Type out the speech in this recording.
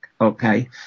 Okay